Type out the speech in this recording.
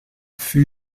fut